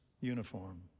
uniform